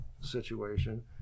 situation